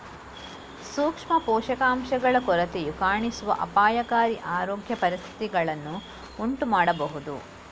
ಸೂಕ್ಷ್ಮ ಪೋಷಕಾಂಶಗಳ ಕೊರತೆಯು ಕಾಣಿಸುವ ಅಪಾಯಕಾರಿ ಆರೋಗ್ಯ ಪರಿಸ್ಥಿತಿಗಳನ್ನು ಉಂಟು ಮಾಡಬಹುದು